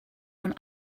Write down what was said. one